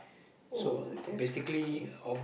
oh that's good